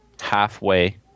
halfway